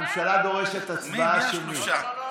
הממשלה דורשת הצבעה שמית.